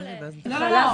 לא, לא.